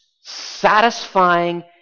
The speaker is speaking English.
satisfying